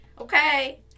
Okay